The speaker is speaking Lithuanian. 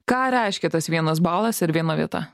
ką reiškia tas vienas balas ir viena vieta